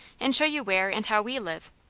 and show you where and how we live.